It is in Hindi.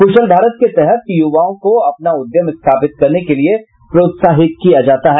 कुशल भारत के तहत युवाओं को अपना उद्यम स्थापित करने के लिए प्रोत्साहित किया जाता है